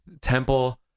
temple